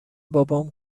بابام